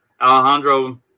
Alejandro